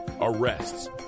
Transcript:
arrests